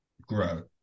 grow